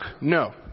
No